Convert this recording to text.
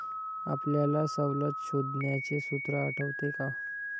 आपल्याला सवलत शोधण्याचे सूत्र आठवते का?